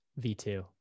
v2